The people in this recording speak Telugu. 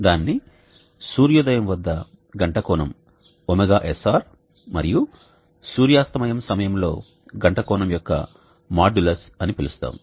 దానిని సూర్యోదయం వద్ద గంట కోణం ωsr మరియు సూర్యాస్తమయం సమయంలో గంట కోణం యొక్క మాడ్యులస్ అని పిలుస్తాము